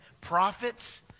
Prophets